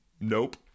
Nope